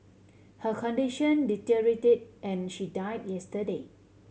her condition deteriorated and she died yesterday